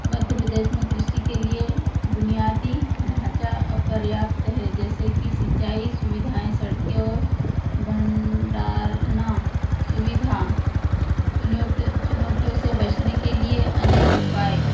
मध्य प्रदेश में कृषि के लिए बुनियादी ढांचा अपर्याप्त है जैसे की सिंचाई सुविधाएँ सड़के और भंडारण सुविधा चुनौतियों से बचने के लिए अनेक उपाय